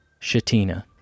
Shatina